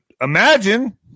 imagine